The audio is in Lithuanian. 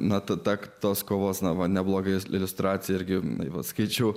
na tada tos kovos nava neblogas iliustracija irgi laivas kiču